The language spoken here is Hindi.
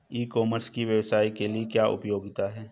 ई कॉमर्स की व्यवसाय के लिए क्या उपयोगिता है?